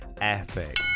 epic